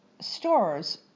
stores